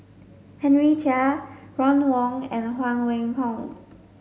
Henry Chia Ron Wong and Huang Wenhong